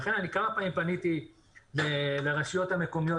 אני כמה פעמים פניתי לרשויות המקומיות